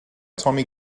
tommy